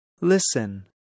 listen